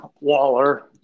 Waller